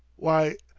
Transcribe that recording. why,